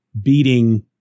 beating